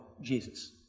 Jesus